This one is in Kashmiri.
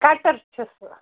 کَٹَر چھُ سُہ